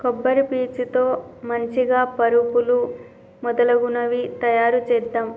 కొబ్బరి పీచు తో మంచిగ పరుపులు మొదలగునవి తాయారు చేద్దాం